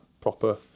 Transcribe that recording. proper